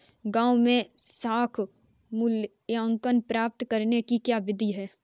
गाँवों में साख मूल्यांकन प्राप्त करने की क्या विधि है?